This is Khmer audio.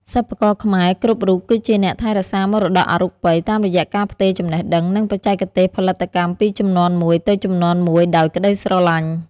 សិប្បករខ្មែរគ្រប់រូបគឺជាអ្នកថែរក្សាមរតកអរូបី តាមរយៈការផ្ទេរចំណេះដឹង និងបច្ចេកទេសផលិតកម្មពីជំនាន់មួយទៅជំនាន់មួយដោយក្ដីស្រឡាញ់។